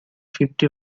fifty